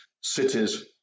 cities